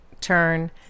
turn